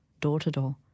door-to-door